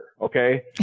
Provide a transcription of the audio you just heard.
okay